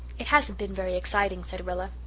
it hasn't been very exciting, said rilla.